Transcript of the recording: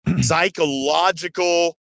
psychological